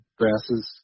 grasses